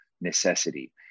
necessity